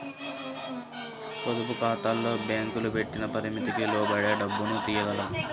పొదుపుఖాతాల్లో బ్యేంకులు పెట్టిన పరిమితికి లోబడే డబ్బుని తియ్యగలం